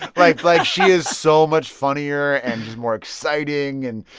like like, she is so much funnier, and she's more exciting. and,